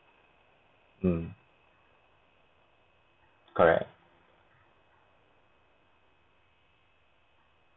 mm correct